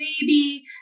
baby